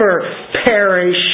perish